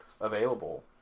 available